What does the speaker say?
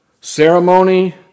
ceremony